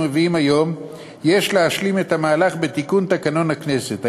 מביאים היום יש להשלים את המהלך בתיקון תקנון הכנסת.